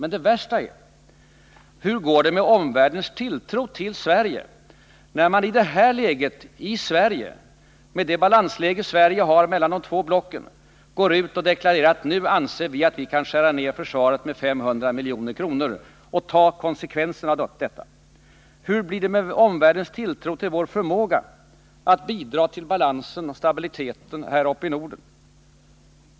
Men det värsta är: Hur går det med omvärldens tilltro till Sverige om vi, trots vårt balansläge mellan de två stora blocken, deklarerar att vi anser att vi kan skära ned försvarskostnaderna med 500 milj.kr. och ta konsekvenserna därav? Hur blir det med omvärldens tilltro till vår förmåga att bidra till balansen och stabiliteten här uppe i Norden?